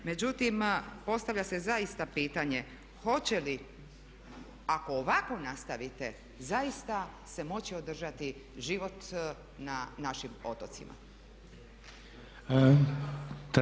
Međutim, postavlja se zaista pitanje hoće li ako ovako nastavite zaista se moći održati život na našim otocima.